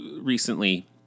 recently